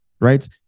right